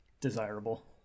desirable